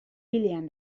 pilean